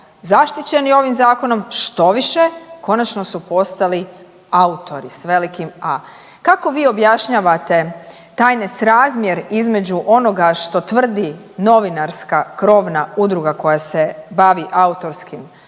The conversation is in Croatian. zaštićeni ovim zakonom, štoviše konačno su postali autori s velikim a. Kako vi objašnjavate taj nesrazmjer između onoga što tvrdi novinarska krovna udruga koja se bavi autorskim pravima